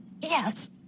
Yes